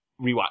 rewatch